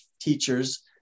teachers